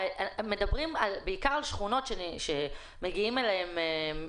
הרי כאשר מדברים בעיקר על שכונות אליהן מגיעים מסתננים,